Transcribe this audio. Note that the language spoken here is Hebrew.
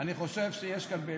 אני חושב שיש כאן באמת,